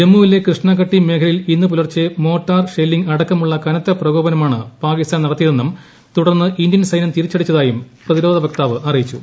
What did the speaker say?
ജമ്മുവിലെ കൃഷ്ണ ഘട്ടി മേഖലയിൽ ഇന്നു പുലർച്ചെ മോർട്ടാർ ഷെല്ലിംഗ് അടക്കമുള്ള കനത്ത പ്രക്യോപനമാണ് പാകിസ്ഥാൻ നടത്തിയതെന്നും തുടർന്ന് ഇന്ത്യൻ ക്ലിസ്നൃം തിരിച്ചടിച്ചതായും പ്രതിരോധ വക്താവ് അറിയിച്ചു